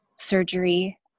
surgery